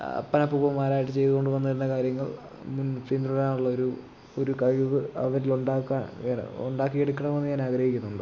അപ്പൻ അപ്പൂപ്പന്മാരായിട്ട് ചെയ്തുകൊണ്ട് വന്നിരുന്ന കാര്യങ്ങൾ മു പിൻതുടരാനുള്ളൊരു ഒരു കഴിവ് അവരിൽ ഉണ്ടാക്കാൻ ഉണ്ടാക്കിയെടുക്കണമെന്ന് ഞാൻ ആഗ്രഹിക്കുന്നുണ്ട്